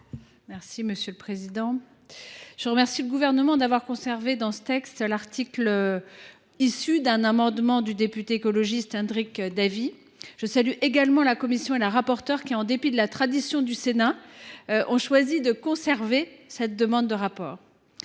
Souyris, sur l’article. Je remercie le Gouvernement d’avoir conservé dans ce texte l’article issu d’un amendement du député écologiste Hendrik Davi ; je salue également la commission et la rapporteure qui, en dépit de la tradition du Sénat, ont choisi de conserver cette demande de rapport